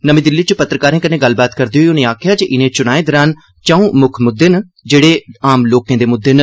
नमीं दिल्ली च पत्रकारें कन्नै गल्ल करदे होई उनें आक्खेआ जे इनें चुनाएं दौरान चार मुक्ख मुद्दे न जेहड़े लोकें दे मुद्दे न